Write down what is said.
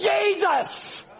Jesus